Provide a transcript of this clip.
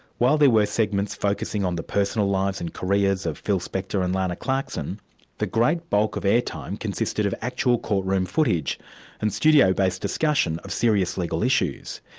while there were segments focusing on the personal lives and careers of phil spector and lana clarkson the great bulk of air-time consisted of actual courtroom footage and studio-based discussion of serious legal issues.